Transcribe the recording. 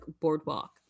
boardwalk